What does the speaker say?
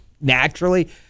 naturally